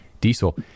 diesel